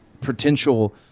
potential